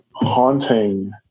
haunting